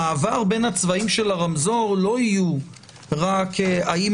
המעבר בין הצבעים של הרמזור לא יהיו רק האם